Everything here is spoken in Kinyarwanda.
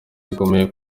gikomeye